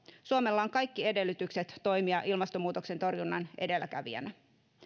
suomella on kaikki edellytykset toimia ilmastonmuutoksen torjunnan edelläkävijänä